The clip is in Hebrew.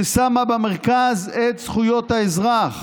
ששמה במרכז את זכויות האזרח